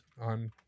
on